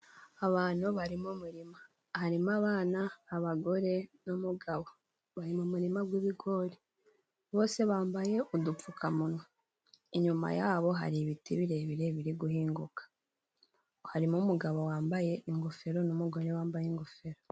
Abantu bari mu murima. Harimo abana, abagore n'umugabo bari mu muririma wi'ibigori bose bambaye udupfukamunwa, inyuma yabo hari ibiti birebire biri guhinguka harimo umugabo wambaye ingofero, n'umugore wambaye ingofero.